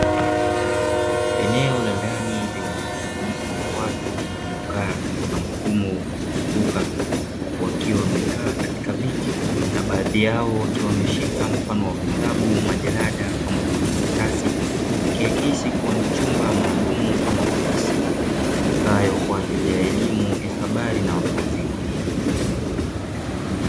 Eneo la ndani lenye mkusanyiko wa watu waliokaa katika mfumo wa kuzunguka wakiwa wamekaa katika viti na baadhi yao wakiwa wameshika mfano wa vitabu, majarada pamoja na makaratasi ikiakisi kuwa ni chumba maalumu ama ofisi itumikayo kwa ajili ya elimu ya habari na watu wazima.